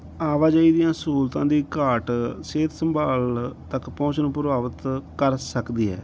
ਆਵਾਜਾਈ ਦੀਆਂ ਸਹੂਲਤਾਂ ਦੀ ਘਾਟ ਸਿਹਤ ਸੰਭਾਲ ਤੱਕ ਪਹੁੰਚ ਨੂੰ ਪ੍ਰਭਾਵਿਤ ਕਰ ਸਕਦੀ ਹੈ